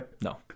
No